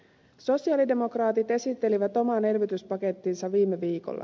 sosialidemokraatit esittelivät oman elvytyspakettinsa viime viikolla